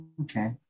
okay